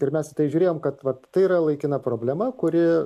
ir mes į tai žiūrėjom kad tai yra laikina problema kuri